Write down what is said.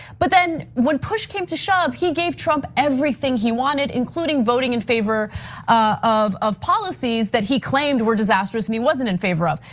but then when push came to shove, he gave trump everything he wanted, including voting in favor of of policies that he claimed were disasters and he wasn't in favor of.